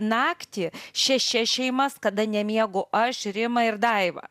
naktį šešias šeimas kada nemiegu aš rima ir daiva